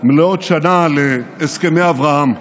מלאת שנה להסכמי אברהם,